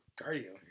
cardio